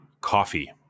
coffee